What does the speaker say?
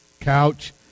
couch